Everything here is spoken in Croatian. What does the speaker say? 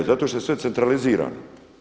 Zato što je sve centralizirano.